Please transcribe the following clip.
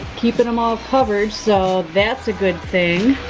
keeping em all covered, so that's a good thing.